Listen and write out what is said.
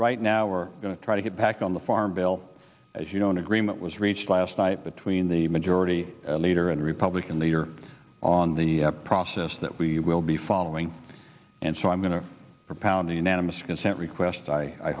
right now we're going to try to get back on the farm bill as you know an agreement was reached last night between the majority leader and republican leader on the process that we will be following and so i'm going to propound a unanimous consent request i